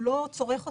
הוא לא צורך אותה.